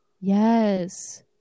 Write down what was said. yes